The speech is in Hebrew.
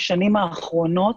בשנים האחרונות,